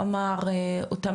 אמר אותה